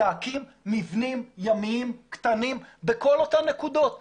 להקים מבנים ימיים קטנים בכל אותן נקודות - בנהריה,